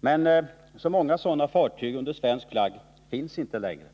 Men särskilt många sådana fartyg under svensk flagg finns inte längre.